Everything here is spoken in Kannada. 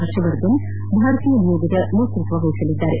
ಹರ್ಷವರ್ಧನ್ ಭಾರತೀಯ ನಿಯೋಗದ ನೇತೃತ್ವ ವಹಿಸಿದ್ದಾರೆ